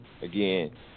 Again